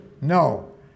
No